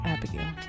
Abigail